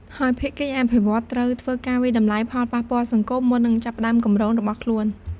ហើយភាគីអភិវឌ្ឍត្រូវធ្វើការវាយតម្លៃផលប៉ះពាល់សង្គម មុននឹងចាប់ផ្ដើមគម្រោងរបស់ខ្លួន។